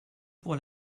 pour